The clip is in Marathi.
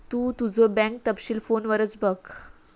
तु तुझो बँक तपशील फोनवरच बघ